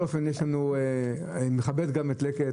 אני מכבד את לקט,